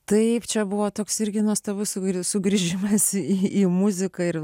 taip čia buvo toks irgi nuostabus sugris sugrįžimas į muziką ir